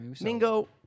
Mingo